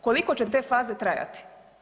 Koliko će te faze trajati?